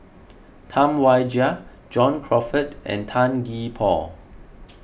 Tam Wai Jia John Crawfurd and Tan Gee Paw